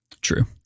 True